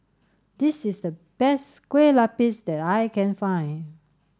this is the best Kueh Lapis that I can find